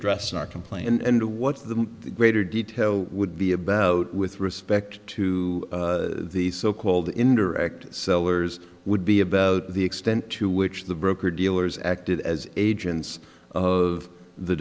address not complain and what's the greater detail would be about with respect to these so called indirect sellers would be about the extent to which the broker dealers acted as agents of the